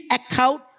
account